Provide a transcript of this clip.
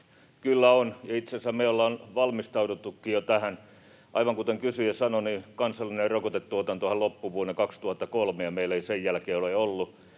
meillä on valmistauduttukin jo tähän. Aivan kuten kysyjä sanoi, niin kansallinen rokotetuotantohan loppui vuonna 2003 ja meillä ei sen jälkeen ole sitä